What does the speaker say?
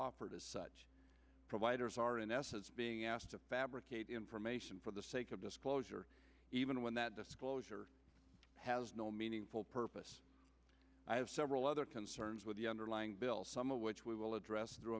offered as such providers are in essence being asked to fabricate information for the sake of disclosure even when that disclosure has no meaningful purpose i have several other concerns with the underlying bill some of which we will address through